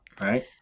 right